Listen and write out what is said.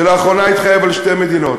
שלאחרונה התחייב לשתי מדינות,